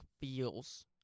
feels